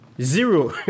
Zero